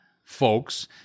folks